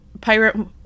pirate